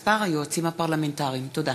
15 בדצמבר 2015. אני מתכבד לפתוח את ישיבת הכנסת.